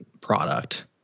product